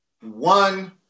one